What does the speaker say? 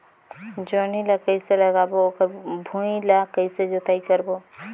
जोणी ला कइसे लगाबो ओकर भुईं ला कइसे जोताई करबो?